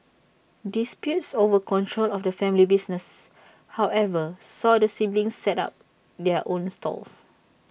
disputes over control of the family business however saw the siblings set up their own stalls